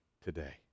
today